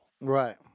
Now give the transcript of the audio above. Right